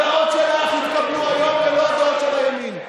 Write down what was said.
הדעות שלך התקבלו היום ולא הדעות של הימין.